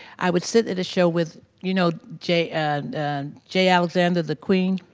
i would sit at show with, you know j and j alexander, the queen.